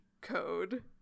code